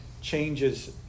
changes